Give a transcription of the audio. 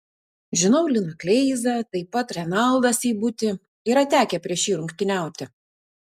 žinau liną kleizą taip pat renaldą seibutį yra tekę prieš jį rungtyniauti